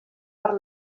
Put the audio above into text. per